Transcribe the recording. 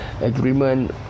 agreement